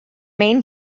main